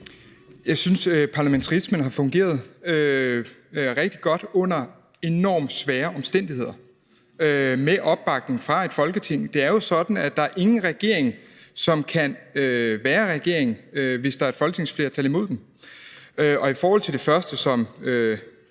Jeg synes, at parlamentarismen har fungeret rigtig godt under enormt svære omstændigheder – med opbakning fra Folketinget. Det er jo sådan, at der ikke er nogen regering, som kan være regering, hvis der et folketingsflertal imod den. I forhold til det første, som